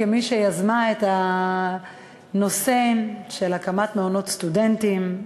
כמי שיזמה את הנושא של הקמת מעונות סטודנטים,